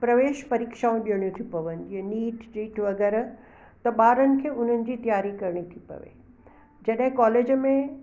प्रवेश परीक्षाऊं ॾियणी थियूं पवनि नीट टीट वग़ैरह त ॿारनि खे उन्हनि जी तयारी करिणी थी पवे जॾहिं कॉलेज में